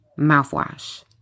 Mouthwash